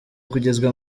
kugezwa